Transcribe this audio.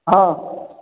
हँ